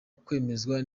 kwemezwa